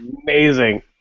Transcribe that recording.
amazing